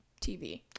TV